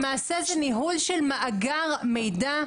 למעשה זה ניהול של מאגר מידע,